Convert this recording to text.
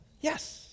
Yes